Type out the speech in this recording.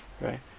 Right